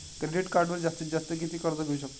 Credit कार्डवर जास्तीत जास्त किती कर्ज घेऊ शकतो?